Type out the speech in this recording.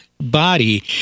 Body